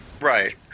Right